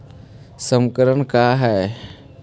संक्रमण का है?